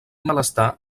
malestar